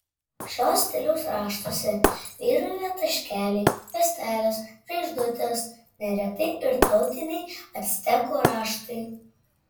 šio stiliaus raštuose vyrauja taškeliai juostelės žvaigždutės neretai ir tautiniai actekų raštai